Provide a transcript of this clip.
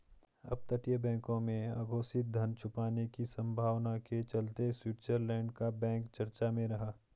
अपतटीय बैंकों में अघोषित धन छुपाने की संभावना के चलते स्विट्जरलैंड का बैंक चर्चा में रहा